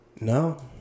No